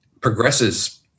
progresses